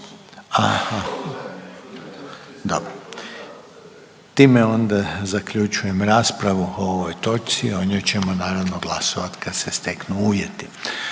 onda. Dobro. Time onda zaključujem raspravu o ovoj točci, o njoj ćemo naravno glasovat kad se steknu uvjeti.